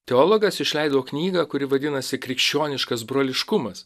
teologas išleido knygą kuri vadinasi krikščioniškas broliškumas